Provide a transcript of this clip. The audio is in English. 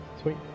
Sweet